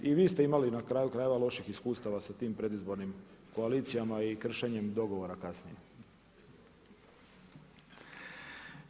I vi ste imali na kraju krajeva loših iskustava sa tim predizbornim koalicijama i kršenjem dogovora kasnije.